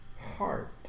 heart